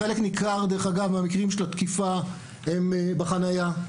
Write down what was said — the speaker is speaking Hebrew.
חלק ניכר מהמקרים של התקיפה הם בחניה,